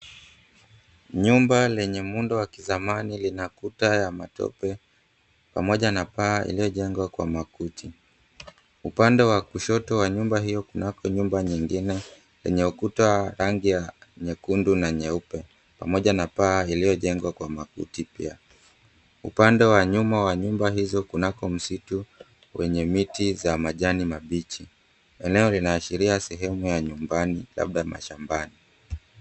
Nyumba lenye muundo wa kizamani lina kuta ya matope pamoja na paa iliyojengwa kwa makuti. Upande wa kushoto wa nyumba hiyo kunako nyumba nyingine yenye ukuta wa rangi ya nyekundu na nyeupe pamoja na paa iliyojengwa kwa makuti pia. Upande wa nyuma wa nyumba hizo kunako msitu wenye miti za majani mabichi. Eneo linaashiria sehemu ya nyumbani labda mashambani.